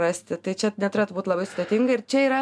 rasti tai čia neturėtų būt labai sudėtinga ir čia yra